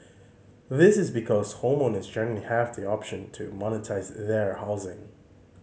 this is because homeowners generally have the option to monetise their housing